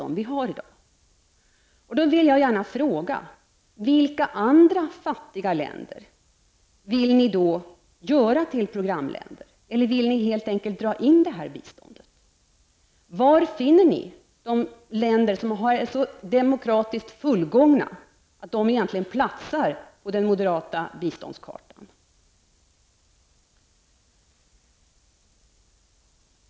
Jag vill då gärna fråga: Vilka andra fattiga länder vill ni då göra till programländer? Eller vill ni helt enkelt dra in det här biståndet? Var finner ni de länder som är demokratiskt så fullgångna att de platsar på den moderata biståndskartan?